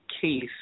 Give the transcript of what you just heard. case